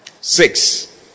Six